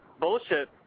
bullshit